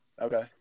Okay